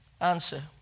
Answer